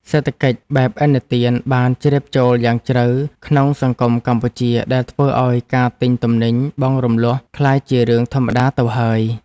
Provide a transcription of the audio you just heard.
សេដ្ឋកិច្ចបែបឥណទានបានជ្រាបចូលយ៉ាងជ្រៅក្នុងសង្គមកម្ពុជាដែលធ្វើឱ្យការទិញទំនិញបង់រំលស់ក្លាយជារឿងធម្មតាទៅហើយ។